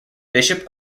bishop